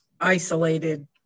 isolated